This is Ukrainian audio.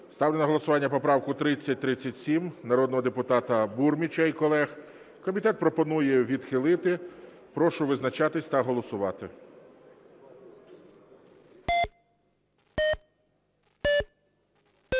Ставлю на голосування поправку 3037 народного депутата Бурміча і колег. Комітет пропонує відхилити. Прошу визначатись та голосувати.